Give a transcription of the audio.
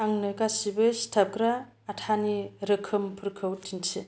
आंनो गासैबो सिथाबग्रा आथानि रोखोमफोरखौ दिन्थि